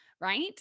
right